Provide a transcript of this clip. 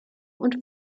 und